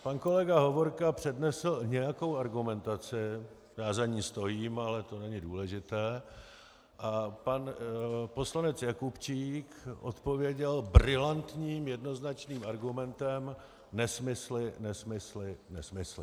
Pan kolega Hovorka přednesl nějakou argumentaci já za ní stojím, ale to není důležité a pan poslanec Jakubčík odpověděl brilantním jednoznačným argumentem: nesmysly, nesmysly, nesmysly.